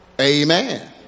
Amen